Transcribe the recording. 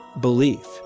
belief